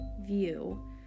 view